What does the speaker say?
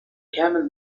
camel